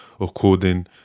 according